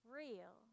real